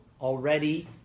already